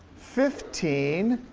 fifteen,